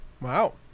Wow